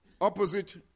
opposite